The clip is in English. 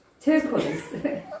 Turquoise